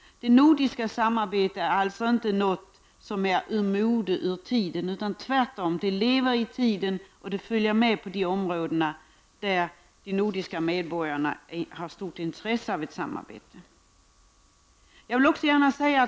Det nordiska samarbetet är alltså inte någonting som är ur modet. Tvärtom, det lever i tiden, och det följer med på de områden där de nordiska medborgarna har stort intresse av ett samarbete.